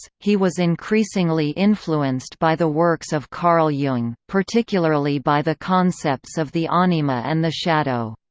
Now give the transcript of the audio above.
he was increasingly influenced by the works of carl jung, particularly by the concepts of the anima and the shadow.